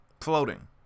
floating